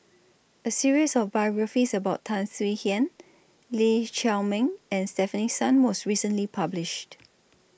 A series of biographies about Tan Swie Hian Lee Chiaw Meng and Stefanie Sun was recently published